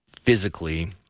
physically